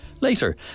Later